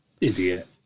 idiot